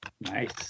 Nice